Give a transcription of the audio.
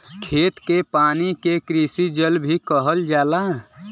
खेत के पानी के कृषि जल भी कहल जाला